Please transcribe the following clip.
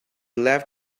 left